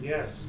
Yes